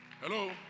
Hello